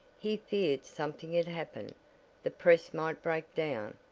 he feared something had happened the press might break down,